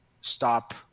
stop